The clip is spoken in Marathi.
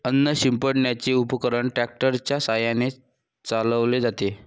अन्न शिंपडण्याचे उपकरण ट्रॅक्टर च्या साहाय्याने चालवले जाते